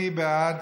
מי בעד